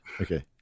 Okay